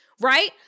right